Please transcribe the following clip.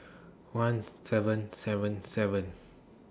one seven seven seven